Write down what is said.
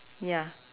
ya